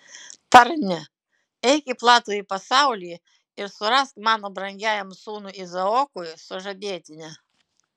tarne eik į platųjį pasaulį ir surask mano brangiajam sūnui izaokui sužadėtinę